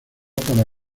para